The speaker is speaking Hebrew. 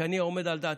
מאז שאני עומד על דעתי,